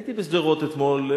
הייתי בשדרות אתמול,